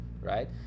right